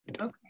okay